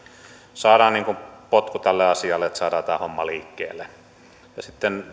saadaan niin kuin potku tälle asialle että saadaan tämä homma liikkeelle no sitten